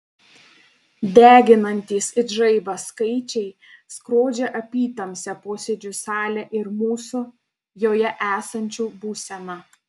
deginantys it žaibas skaičiai skrodžia apytamsę posėdžių salę ir mūsų joje esančių būseną